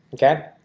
okay,